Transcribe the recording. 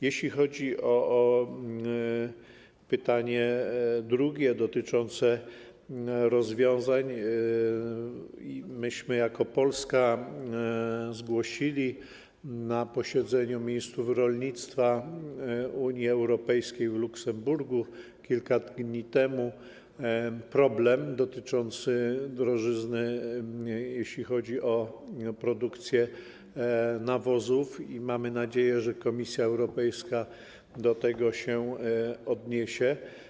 Jeśli chodzi o pytanie drugie, dotyczące rozwiązań, myśmy jako Polska zgłosili na posiedzeniu ministrów rolnictwa Unii Europejskiej w Luksemburgu kilka dni temu problem dotyczący drożyzny, jeśli chodzi o produkcję nawozów, i mamy nadzieję, że Komisja Europejska do tego się odniesie.